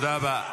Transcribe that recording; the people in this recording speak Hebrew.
תודה רבה.